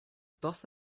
toss